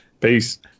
Peace